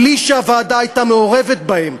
בלי שהוועדה הייתה מעורבת בהם,